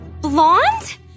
Blonde